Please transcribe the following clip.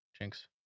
Jinx